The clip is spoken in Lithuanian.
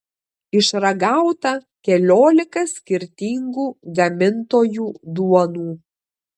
išragauta keliolika skirtingų gamintojų duonų